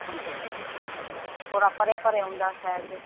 पंज कलाक लॻंदा थोरा परे परे हूंदा आहिनि शायदि